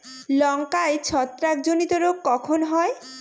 লঙ্কায় ছত্রাক জনিত রোগ কখন হয়?